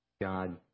God